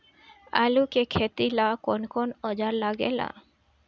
आलू के खेती ला कौन कौन औजार लागे ला?